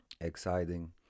exciting